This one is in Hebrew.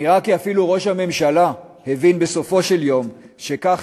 נראה כי אפילו ראש הממשלה הבין בסופו של יום שכך